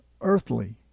earthly